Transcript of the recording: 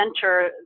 center